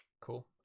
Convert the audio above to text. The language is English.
Cool